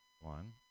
One